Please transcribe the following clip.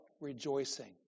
rejoicing